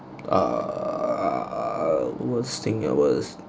err worst thing at worst